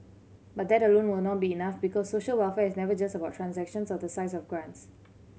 but that alone will not be enough because social welfare is never just about transactions or the size of grants